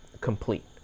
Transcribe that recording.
complete